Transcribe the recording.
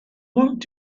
want